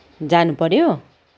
जानुपऱ्यो